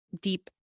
deep